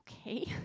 okay